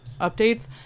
updates